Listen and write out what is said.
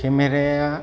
केमेराया